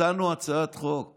הצענו הצעת חוק אחרת,